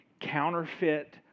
counterfeit